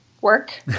work